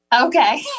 Okay